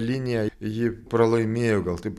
liniją ji pralaimėjo gal taip